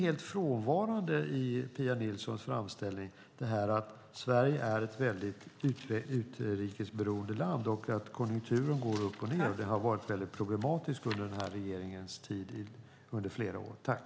Det är i Pia Nilssons framställning helt frånvarande att Sverige är ett väldigt utrikesberoende land, att konjunkturen går upp och ned och att det har varit väldigt problematiskt under flera år av denna regerings tid.